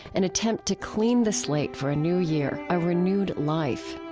an attempt to clean the slate for a new year, a renewed life.